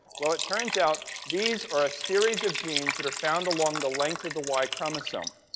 well, it turns out these are a series of genes that are found along the length of the y chromosome.